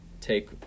take